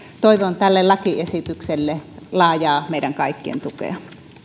toivon tälle lakiesitykselle meidän kaikkien laajaa tukea